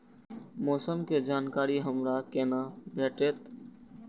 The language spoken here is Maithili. मौसम के जानकारी हमरा केना भेटैत?